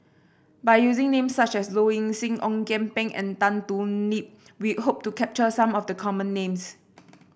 by using names such as Low Ing Sing Ong Kian Peng and Tan Thoon Lip we hope to capture some of the common names